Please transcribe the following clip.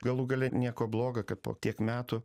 galų gale nieko blogo kad po kiek metų